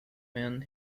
man